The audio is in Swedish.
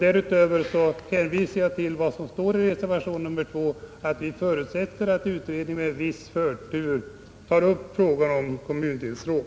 Därutöver hänvisar jag till vad som står i reservationen 2, nämligen att vi förutsätter att utredningen med viss förtur tar upp frågan om kommundelsråd.